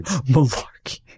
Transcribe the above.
Malarkey